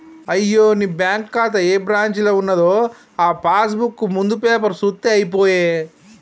అయ్యో నీ బ్యాంకు ఖాతా ఏ బ్రాంచీలో ఉన్నదో ఆ పాస్ బుక్ ముందు పేపరు సూత్తే అయిపోయే